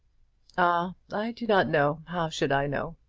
ah i do not know. how should i know?